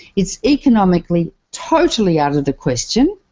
it's economically totally out of the question.